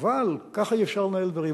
אבל ככה אי-אפשר לנהל דברים.